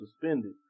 suspended